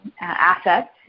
assets